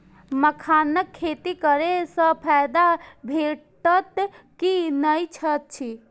मखानक खेती करे स फायदा भेटत की नै अछि?